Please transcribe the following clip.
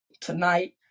tonight